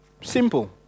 Simple